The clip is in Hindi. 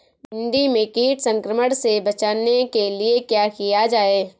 भिंडी में कीट संक्रमण से बचाने के लिए क्या किया जाए?